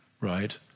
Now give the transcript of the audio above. right